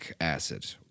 acid